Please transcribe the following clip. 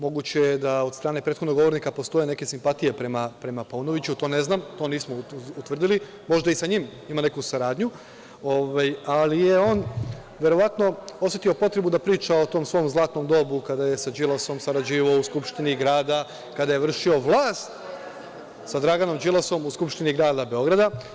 Moguće je da od strane prethodnog govornika postoje neke simpatije prema Paunoviću, to ne znam, to nismo utvrdili, možda i sa njim ima neku saradnju, ali je on verovatno osetio potrebu da priča o tom svom zlatnom dobu kada je sa Đilasom sarađivao u Skupštini grada, kada je vršio vlast sa Draganom Đilasom u Skupštini grada Beograda.